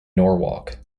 norwalk